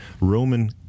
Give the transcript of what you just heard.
Roman